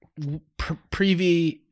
preview